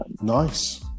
Nice